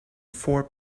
four